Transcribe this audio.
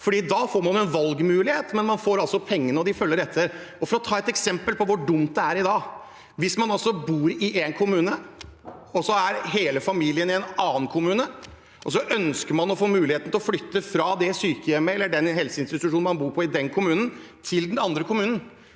Da får man en valgmulighet, men man får altså pengene, de følger etter. Jeg vil ta et eksempel på hvor dumt det er i dag. Man bor i én kommune, hele familien er i en annen kommune, og man ønsker å få muligheten til å flytte fra den helseinstitusjonen man bor på i sin kommune, til en i den andre kommunen.